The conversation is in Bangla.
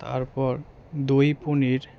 তারপর দই পনির